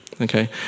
okay